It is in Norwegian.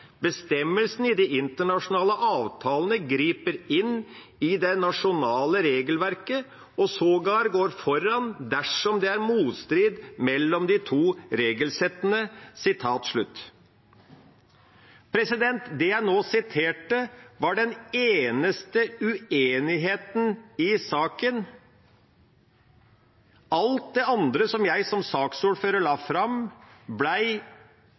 i de internasjonale avtalene griper inn i det nasjonale regelverket og går foran, dersom det er motstrid mellom de to regelsettene.» Det jeg nå siterte, var den eneste uenigheten i saken. Alt det andre som jeg som saksordfører la fram,